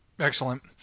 Excellent